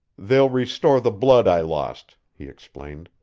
they'll restore the blood i lost, he explained,